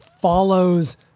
follows